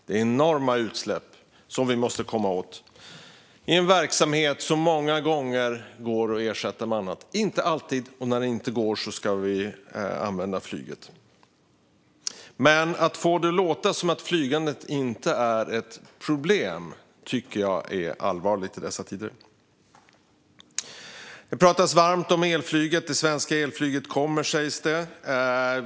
Det är enorma utsläpp, som vi måste komma åt, i en verksamhet som många gånger går att ersätta med annat. Det är inte alltid så, och när det inte går ska vi använda flyget. Jag tycker dock att det, i dessa tider, är allvarligt att få det att låta som att flygandet inte är ett problem. Det pratas varmt om elflyget. Det svenska elflyget kommer, sägs det.